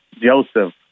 Joseph